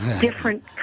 different